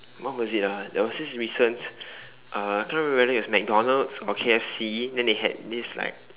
what was it ah there was this recent uh I cannot remember whether it was MacDonald's or K_F_C then they had this like